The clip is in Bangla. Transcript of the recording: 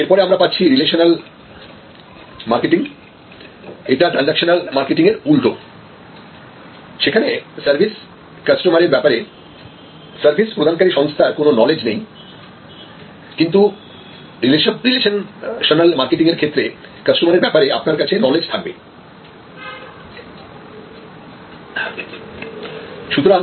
এরপরে আমরা পাচ্ছি রিলেশনাল মার্কেটিংএটা ট্রানজেকশনল মার্কেটিং এর উল্টো যেখানে সার্ভিস কাস্টমার এর ব্যাপারে সার্ভিস প্রদানকারী সংস্থার কোন নলেজ নেই কিন্তু রিলেশনল মার্কেটিংয়ের ক্ষেত্রে কাস্টমারের ব্যাপারে আপনার কাছে নলেজ থাকবে